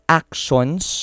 actions